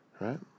right